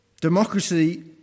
Democracy